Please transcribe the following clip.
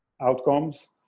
outcomes